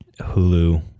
hulu